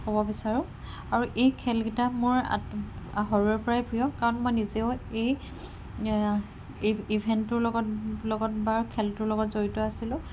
ক'ব বিচাৰোঁ আৰু এই খেলকেইটা মোৰ সৰুৰে পৰাই প্ৰিয় কাৰণ মই নিজেও এই ইভেণ্টটোৰ লগত লগত বা খেলটোৰ লগত জড়িত আছিলো